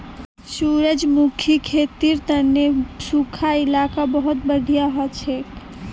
सूरजमुखीर खेतीर तने सुखा इलाका बहुत बढ़िया हछेक